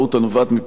השמטה מקרית,